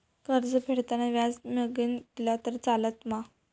कर्ज फेडताना व्याज मगेन दिला तरी चलात मा?